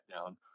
down